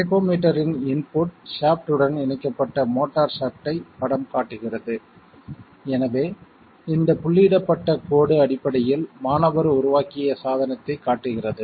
டேகோமீட்டரின் input shaft உடன் இணைக்கப்பட்ட motor ஷாஃப்ட்டை படம் காட்டுகிறது எனவே இந்த புள்ளியிடப்பட்ட கோடு அடிப்படையில் மாணவர் உருவாக்கிய சாதனத்தைக் காட்டுகிறது